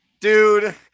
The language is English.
dude